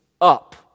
up